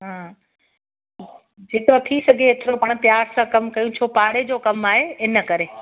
ह हा जेको थी सघे जेतिरो पाण प्यार सां कमु कयूं छो पाड़े जो कमु आहे इनकरे